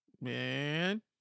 Man